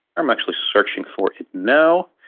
i'm actually searching for it now